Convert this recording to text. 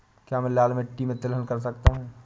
क्या मैं लाल मिट्टी में तिलहन कर सकता हूँ?